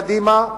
קדימה,